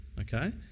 okay